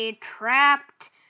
Trapped